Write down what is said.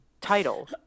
title